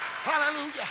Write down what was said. Hallelujah